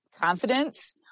confidence